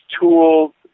tools